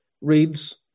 reads